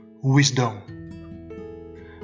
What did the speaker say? wisdom